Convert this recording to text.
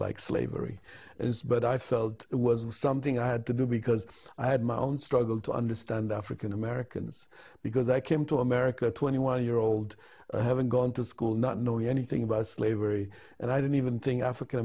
like slavery but i felt it was something i had to do because i had my own struggle to understand african americans because i came to america twenty one year old having gone to school not knowing anything about slavery and i don't even think african